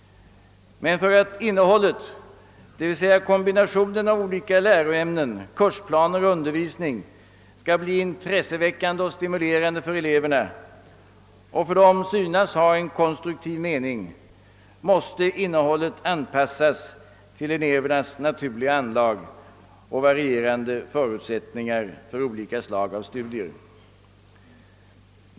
Men för att innehållet, d. v. s. kombinationen av olika läroämnen, kursplaner och undervisning, skall bli intresseväckande och stimulerande för eleverna och för dem synas ha en konstruktiv mening, måste det anpassas till elevernas naturliga anlag och varierande förutsättningar för olika slag av studier.